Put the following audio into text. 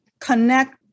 connect